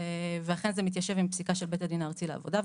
ואכן זה מתיישב עם פסיקה של בית הדין הארצי לעבודה.